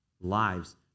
Lives